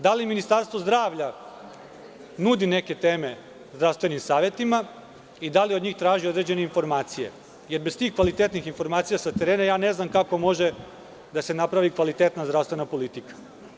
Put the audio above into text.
Da li Ministarstvo zdravlja nudi neke teme zdravstvenim savetima i da li od njih traži određene informacije, jer bez tih kvalitetnih informacija sa terena ne znam kako može da se napravi kvalitetna zdravstvena politika.